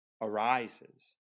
arises